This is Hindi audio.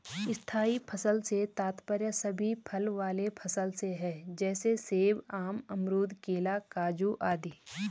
स्थायी फसल से तात्पर्य सभी फल वाले फसल से है जैसे सेब, आम, अमरूद, केला, काजू आदि